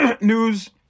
News